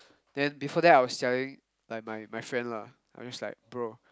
then before that I was telling like my my friend lah I was like bro